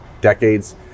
decades